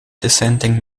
dissenting